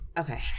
Okay